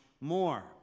more